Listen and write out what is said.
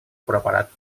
preparat